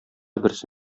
берсе